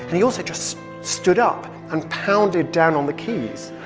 he also just stood up and pounded down on the keys.